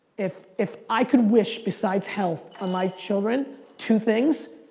if if i could wish besides health on my children two things,